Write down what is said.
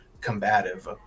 combative